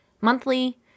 monthly